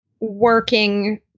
working